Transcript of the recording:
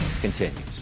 continues